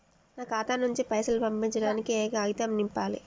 నా ఖాతా నుంచి పైసలు పంపించడానికి ఏ కాగితం నింపాలే?